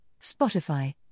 Spotify